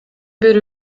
бир